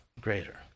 greater